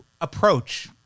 approach